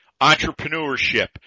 entrepreneurship